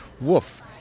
Woof